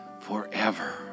forever